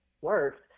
works